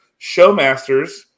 Showmasters